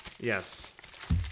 Yes